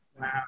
Wow